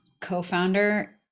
co-founder